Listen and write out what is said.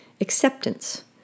acceptance